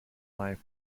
life